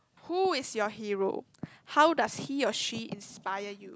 who is your hero how does he or she inspire you